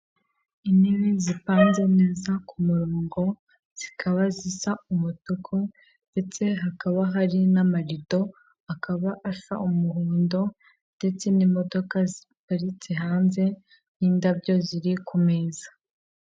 Intebe zipanze neza ku murongo zikaba zisa umutuku, ndetse hakaba hari n'amarido, akaba asa umuhondo, ndetse n'imodoka ziparitse hanze y'indabyo ziri kumeza.